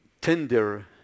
tender